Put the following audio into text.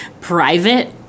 private